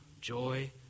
joy